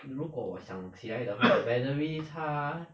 如果我想起来的话 valerie 他